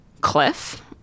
cliff